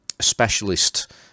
specialist